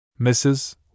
Mrs